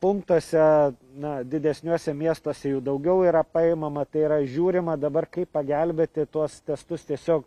punktuose na didesniuose miestuose jų daugiau yra paimama tai yra žiūrima dabar kaip pagelbėti tuos testus tiesiog